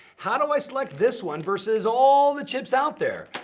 how do i select this one versus all the chips out there?